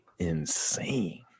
Insane